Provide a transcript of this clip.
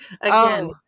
Again